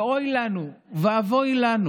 ואוי לנו ואבוי לנו